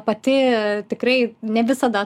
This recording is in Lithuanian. pati tikrai ne visada